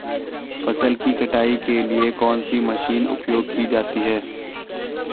फसल की कटाई के लिए कौन सी मशीन उपयोग की जाती है?